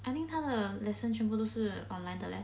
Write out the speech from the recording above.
I think 他的 lesson 全部都是 online 的 leh